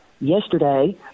yesterday